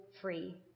free